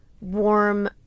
warm